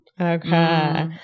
Okay